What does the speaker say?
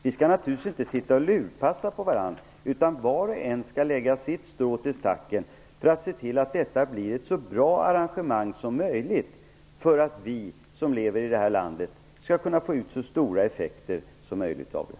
Vi skall naturligtvis inte sitta och lurpassa på varandra, utan var och en skall dra sitt strå till stacken för att se till att detta blir ett så bra arrangemang som möjligt för att vi som lever i det här landet skall kunna få ut så stora effekter som möjligt av det.